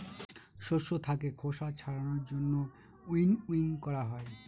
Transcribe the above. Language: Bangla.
শস্য থাকে খোসা ছাড়ানোর জন্য উইনউইং করা হয়